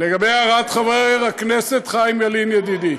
לגבי הערת חבר הכנסת חיים ילין, ידידי,